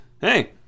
hey